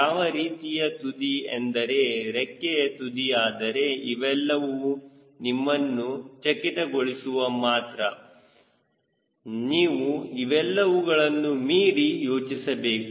ಯಾವ ರೀತಿಯ ತುದಿ ಎಂದರೆ ರೆಕ್ಕೆಯ ತುದಿ ಆದರೆ ಇವೆಲ್ಲವೂ ನಿಮ್ಮನ್ನು ಚಕಿತಗೊಳಿಸುವ ಮಾತ್ರ ನೀವು ಇವೆಲ್ಲವುಗಳನ್ನು ಮೀರಿ ಯೋಚಿಸಬೇಕು